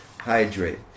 hydrate